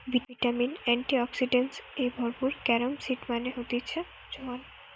vitamin, antioxidants এ ভরপুর carom seed মানে হতিছে জোয়ান